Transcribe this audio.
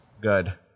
Good